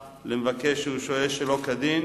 הממשלה עוד לא קיבלה החלטות,